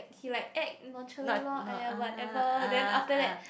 he like act nonchalant lor !aiya! whatever then after that